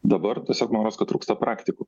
dabar tiesiog noras kad trūksta praktikų